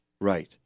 Right